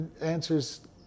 answers